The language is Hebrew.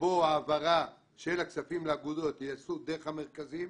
שבו ההעברה של הכספים לאגודות תיעשה דרך המרכזים,